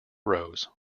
rose